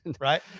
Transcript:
right